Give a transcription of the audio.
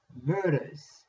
murders